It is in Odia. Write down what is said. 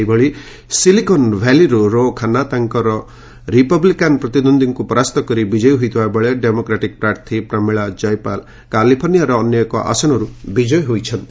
ସେହିଭଳି ସିଲିକନ୍ଭ୍ୟାଲିରୁ ରୋ ଖାନ୍ନା ତାଙ୍କର ରିପବ୍ଲିକାନ୍ ପ୍ରତିଦ୍ୱନ୍ଦ୍ୱୀଙ୍କୁ ପରାସ୍ତ କରି ବିଜୟୀ ହୋଇଥିବା ବେଳେ ଡେମୋକ୍ରାଟିକ୍ ପ୍ରାର୍ଥୀ ପ୍ରମିଳା ଜୟପାଲ କାଲିଫର୍ଣ୍ଣିଆର ଅନ୍ୟ ଏକ ଆସନରୁ ବିଜୟୀ ହୋଇଛନ୍ତି